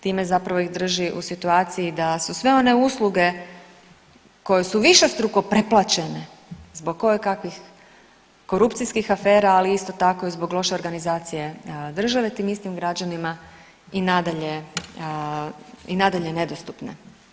Time zapravo ih drži u situaciji da su sve one usluge koje su višestruko preplaćene zbog kojekakvih korupcijskih afera, ali isto tako i zbog loše organizacije države tim istim građanima i nadalje i nadalje nedostupne.